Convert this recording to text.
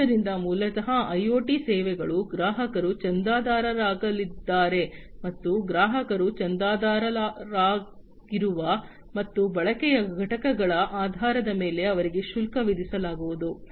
ಆದ್ದರಿಂದ ಮೂಲತಃ ಐಒಟಿ ಸೇವೆಗಳು ಗ್ರಾಹಕರು ಚಂದಾದಾರರಾಗಲಿದ್ದಾರೆ ಮತ್ತು ಗ್ರಾಹಕರು ಚಂದಾದಾರರಾಗಿರುವ ಮತ್ತು ಬಳಕೆಯ ಘಟಕಗಳ ಆಧಾರದ ಮೇಲೆ ಅವರಿಗೆ ಶುಲ್ಕ ವಿಧಿಸಲಾಗುವುದು